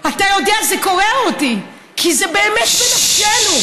אתה יודע, זה קורע אותי, כי זה באמת בנפשנו.